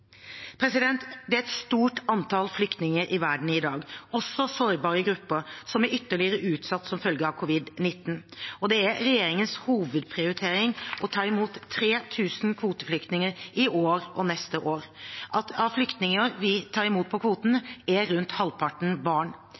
Det er et stort antall flyktninger i verden i dag, også sårbare grupper som er ytterligere utsatt som følge av covid-19. Regjeringens hovedprioritering er å ta imot 3 000 kvoteflyktninger i år og neste år. Av flyktningene vi tar imot på kvoten, er rundt halvparten barn.